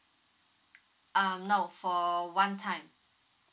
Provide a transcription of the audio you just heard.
um no for a one time